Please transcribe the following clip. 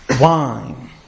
wine